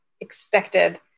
expected